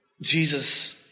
Jesus